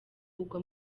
kugwa